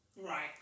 Right